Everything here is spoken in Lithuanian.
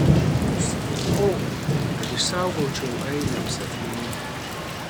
išsikirpau kad išsaugočiau ainiams atminimui